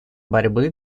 борьбы